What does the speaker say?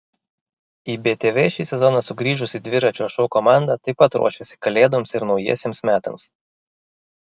į btv šį sezoną sugrįžusi dviračio šou komanda taip pat ruošiasi kalėdoms ir naujiesiems metams